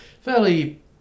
fairly